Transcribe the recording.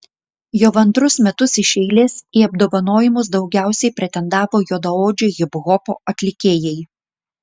jau antrus metus iš eilės į apdovanojimus daugiausiai pretendavo juodaodžiai hiphopo atlikėjai